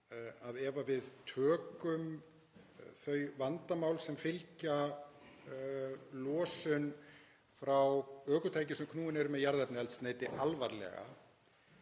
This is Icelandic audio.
að ef við tökum þau vandamál sem fylgja losun frá ökutækjum sem knúin eru með jarðefnaeldsneyti alvarlega